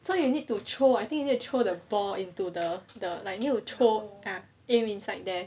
so you need to throw I think you need to throw the ball into the the like need to throw ah aim inside there